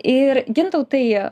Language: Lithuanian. ir gintautai